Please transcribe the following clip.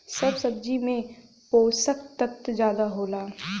सब सब्जी में पोसक तत्व जादा होला